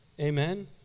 Amen